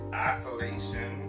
isolation